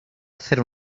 hacer